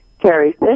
Carrie